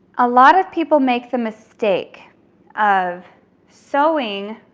a lot of people make the mistake of sewing